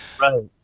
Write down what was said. Right